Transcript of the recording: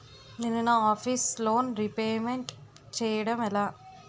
నేను నా office loan repayment చేయడం ఎలా?